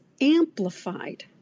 amplified